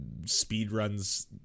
speedruns